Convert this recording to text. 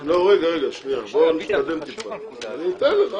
ניתן פתרון לזה.